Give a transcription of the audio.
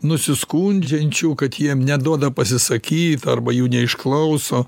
nusiskundžiančių kad jiem neduoda pasisakyt arba jų neišklauso